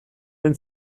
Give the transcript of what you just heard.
den